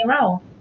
role